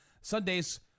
Sunday's